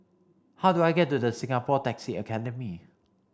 how do I get to Singapore Taxi Academy